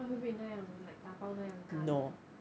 它会不会那样 like 打包那样干